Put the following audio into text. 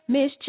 Miss